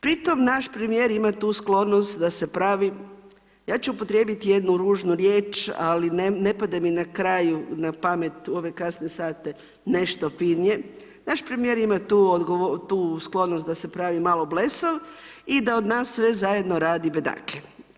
Pri tom naš premijer ima tu sklonost da se pravi, ja ću upotrijebiti jednu ružnu riječ, ali ne pada mi na pamet u ove kasne sate nešto finije, naš premijer ima tu sklonost da se pravi malo blesav i da od nas sve zajedno radi bedake.